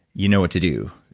you know what to do.